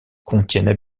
contiennent